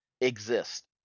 exist